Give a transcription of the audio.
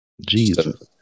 Jesus